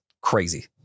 crazy